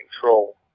control